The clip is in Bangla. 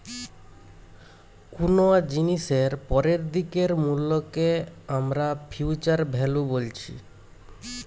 কুনো জিনিসের পরের দিনের মূল্যকে আমরা ফিউচার ভ্যালু বলছি